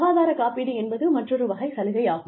சுகாதார காப்பீடு என்பது மற்றொரு வகை சலுகை ஆகும்